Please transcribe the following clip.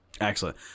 Excellent